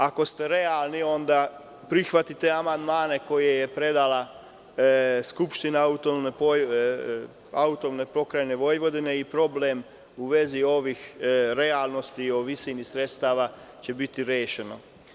Ako ste realni, onda prihvatite amandmane koje je predala Skupština AP Vojvodine i problem u vezi ovih realnosti o visini sredstava će biti rešen.